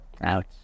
Ouch